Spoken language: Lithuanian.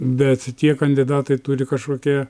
bet tie kandidatai turi kažkokią